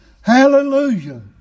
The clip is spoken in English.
Hallelujah